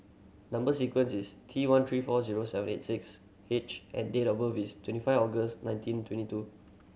number sequence is T one three four zero seven eight six H and date of birth is twenty five August nineteen twenty two